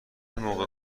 موقع